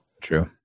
true